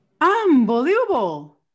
Unbelievable